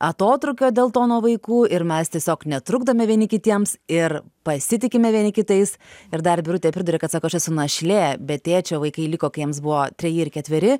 atotrūkio dėl to nuo vaikų ir mes tiesiog netrukdome vieni kitiems ir pasitikime vieni kitais ir dar birutė priduria kad sako aš esu našlė be tėčio vaikai liko kai jiems buvo treji ir ketveri